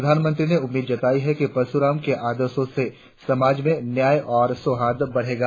प्रधानमंत्री ने उम्मीद जताई कि परशुराम के आदर्शों से समाज में न्याय और सौहार्द बढ़ेगा